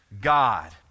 God